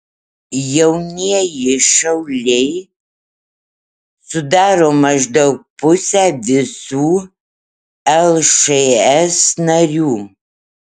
jaunieji šauliai sudaro maždaug pusę visų lšs narių